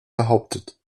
behauptet